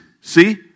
see